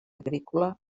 agrícola